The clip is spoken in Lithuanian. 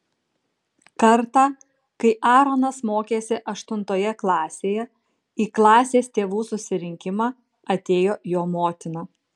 kartą kai aaronas mokėsi aštuntoje klasėje į klasės tėvų susirinkimą atėjo jo motina